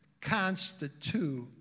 constitute